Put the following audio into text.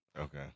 Okay